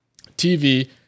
TV